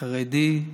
חרדי,